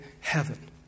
heaven